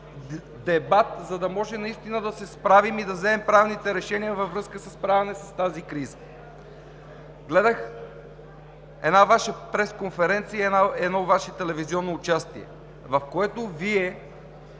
дебат, за да може наистина да се справим и да вземем правилните решения във връзка със справяне с тази криза. Гледах една Ваша пресконференция, едно Ваше телевизионно участие, в което Вие